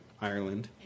Ireland